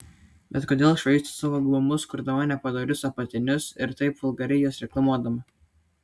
bet kodėl švaisto savo gabumus kurdama nepadorius apatinius ir taip vulgariai juos reklamuodama